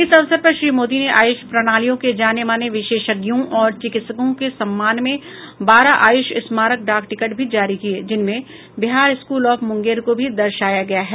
इस अवसर पर श्री मोदी ने आयुष प्रणालियों के जाने माने विशेषज्ञों और चिकित्सकों के सम्मान में बारह आयुष स्मारक डाक टिकट भी जारी किये जिनमें बिहार स्कूल ऑफ मुंगेर को भी दर्शाया गया है